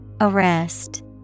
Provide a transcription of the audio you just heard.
Arrest